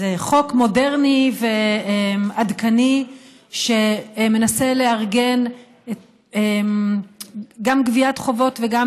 זה חוק מודרני ועדכני שמנסה לארגן גם גביית חובות וגם,